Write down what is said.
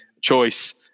choice